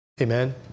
Amen